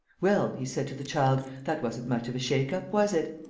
well, he said to the child, that wasn't much of a shake-up, was it.